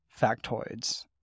factoids